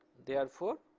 therefore,